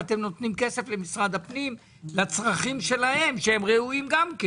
אני